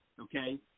okay